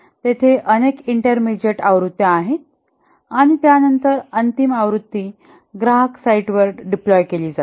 तेथे अनेक इंटरमिजिएट आवृत्त्या आहेत आणि त्यानंतर अंतिम आवृत्ती ग्राहक साइटवर डिप्लॉय केली जाते